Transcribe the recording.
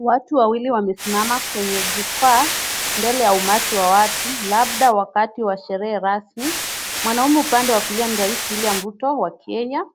Watu wawili wamesimama kwenye jukwaa mbele ya umati wa watu labda wakati wa sherehe rasmi. Mwanamume upande wa kulia ni rais William Ruto wa Kenya,